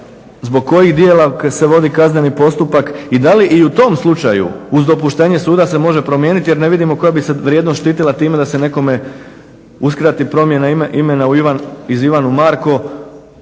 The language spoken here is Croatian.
zbog kojih djela se vodi kazneni postupak i da li i u tom slučaju uz dopuštenje suda se može promijeniti jer ne vidimo koja bi se vrijednost štitila time da se nekome uskrati promjena imena iz Ivan u Marko.